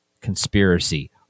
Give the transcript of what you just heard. conspiracy